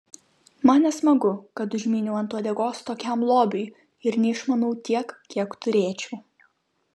man nesmagu kad užmyniau ant uodegos tokiam lobiui ir neišmanau tiek kiek turėčiau